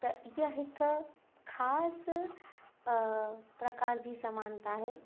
त हीअ हिकु ख़ासि प्रकार जी समानता आहे